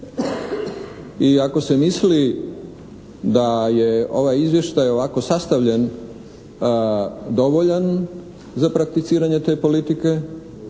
I ako se misli da je ovaj izvještaj ovako sastavljen dovoljan za prakticiranje te politike